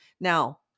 Now